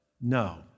no